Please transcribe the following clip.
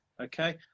Okay